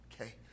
okay